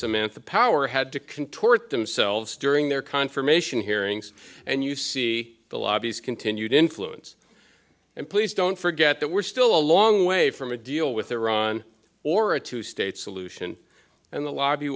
samantha power had to contort themselves during their confirmation hearings and you see the lobbies continued influence and please don't forget that we're still a long way from a deal with iran or a two state solution and the lobby